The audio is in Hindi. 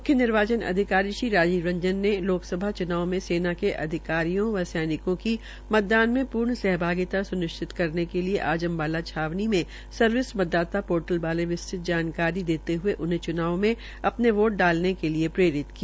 मुख्य निर्वाचन अधिकारी श्री राजीव रंजन ने लोकसभा चुनाव में सेना के अधिकारियों व कर्मियों की मतदान में पूर्व सहभागिता सुनिश्चित करने के लिये आज अम्बाला छावनी मे सर्विस मतदाताा पोर्टल बारे विस्तृत जानकारी देते हये उनहें च्नाव में अपने वोट डाले के लिये प्रेरित किया